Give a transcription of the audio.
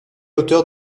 auteur